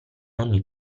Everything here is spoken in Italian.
ogni